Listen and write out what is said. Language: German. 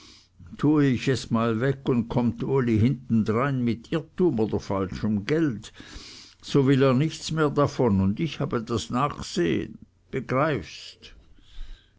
tue ich es mal weg und komme uli hintendrein mit irrtum oder falschem gelde so will er nichts mehr davon und ich habe das nachsehen begreifst